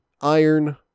iron